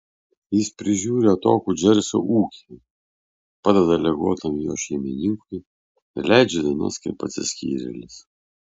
jis prižiūri atokų džersio ūkį padeda ligotam jo šeimininkui ir leidžia dienas kaip atsiskyrėlis